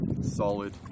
solid